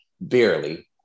barely